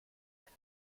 eine